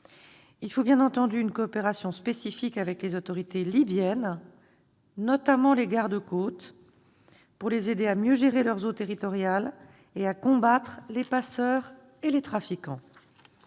Il faut bien entendu une coopération spécifique avec les autorités libyennes, notamment les gardes-côtes, pour les aider à mieux gérer leurs eaux territoriales et à combattre les passeurs et les trafiquants.